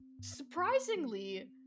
surprisingly